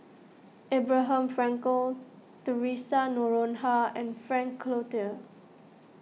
Abraham Frankel theresa Noronha and Frank Cloutier